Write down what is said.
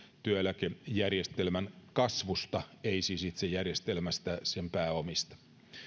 työeläkejärjestelmän kasvusta ei siis itse järjestelmästä vaan sen pääomista